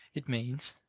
it means,